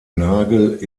nagel